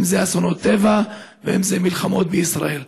אם זה אסונות טבע ואם זה מלחמות בישראל.